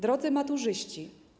Drodzy Maturzyści!